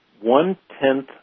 one-tenth